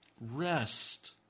rest